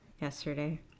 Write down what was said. yesterday